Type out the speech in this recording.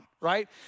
right